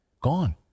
Gone